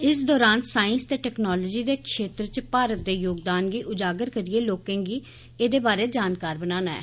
इस दरान सांइस ते टेकनोलोजी दे क्षेत्र च भारत दे योगदान गी उजागर करियै लोकें गी एह्दे बारे जानकारी बनाना ऐ